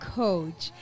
coach